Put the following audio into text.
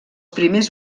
primers